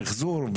למחזור,